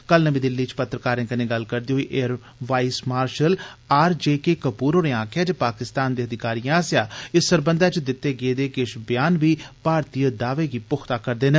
कल नमीं दिल्ली च पत्रकारें कन्नै गल्लबात करदे होई air vice marshal R J K Kapoor होरें आक्खेआ जे पाकिस्तान दे अधिकारिएं आस्सेआ इस सरबंघै च दित्ते गेदे किश ब्यान बी मारतीय दावे गी पुख्ता करदे न